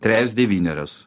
trejos devynerios